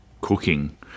cooking